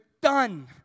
done